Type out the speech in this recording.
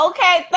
Okay